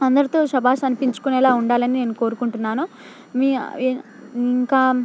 అందరితో శభాష్ అనిపించుకొనేలా ఉండాలని నేను కోరుకుంటున్నాను మీ ఏ ఇంకా